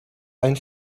ein